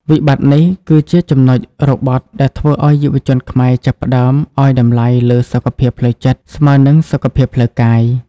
វិបត្តិនេះគឺជាចំណុចរបត់ដែលធ្វើឱ្យយុវជនខ្មែរចាប់ផ្តើមឱ្យតម្លៃលើ "សុខភាពផ្លូវចិត្ត" ស្មើនឹង "សុខភាពផ្លូវកាយ"។